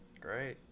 Great